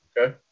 okay